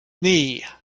knee